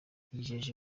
yijeje